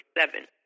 seven